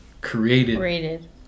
created